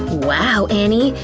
wow, annie!